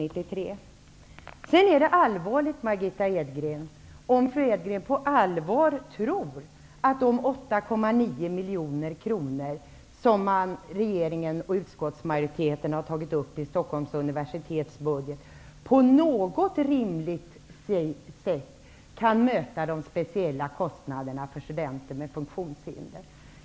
Tror fru Edgren på allvar att de 8,9 miljoner kronorna, som regeringen och utskottsmajoriteten har tagit med i Stockholms universitets budget, på något rimligt sätt kan möta de speciella kostnaderna för studenter med funktionshinder?